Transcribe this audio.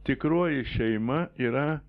tikroji šeima yra